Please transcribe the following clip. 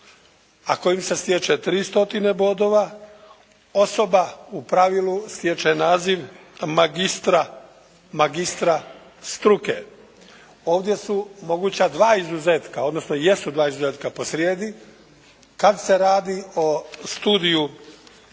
kojim se stječe 300 bodova osoba u pravilu stječe naziv magistra struke. Ovdje su moguća dva izuzetka, odnosno jesu dva izuzetka posrijedi. Kad se radi o studiju,